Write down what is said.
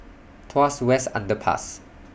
Tuas West Underpass